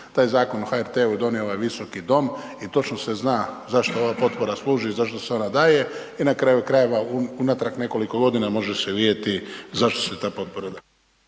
Taj Zakon o HRT-u je donio ovaj Visoki dom i točno se zna za što ova potpora i za što se ona daje. I na kraju krajeva unatrag nekoliko godina može se vidjeti zašto se ta potpora daje.